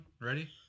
Ready